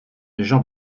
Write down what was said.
jean